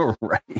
Right